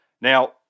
Now